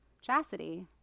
chastity